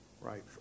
right